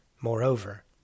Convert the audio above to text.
Moreover